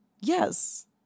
Yes